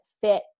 fit